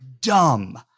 dumb